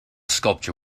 sculpture